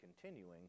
continuing